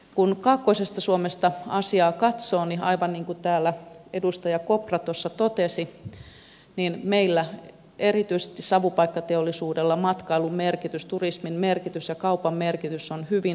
kun kaakkoisesta suomesta asiaa katsoo niin aivan niin kuin täällä edustaja kopra totesi meillä erityisesti savupiipputeollisuuspaikkakunnilla matkailun merkitys turismin merkitys ja kaupan merkitys on hyvin suuri